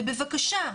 ובבקשה,